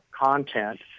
content